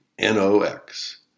NOx